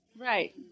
Right